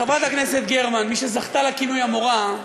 חברת הכנסת גרמן, מי שזכתה לכינוי "המורה",